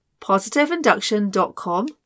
positiveinduction.com